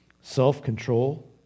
self-control